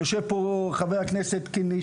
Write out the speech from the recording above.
ויושב פה חבר הכנסת קינלי,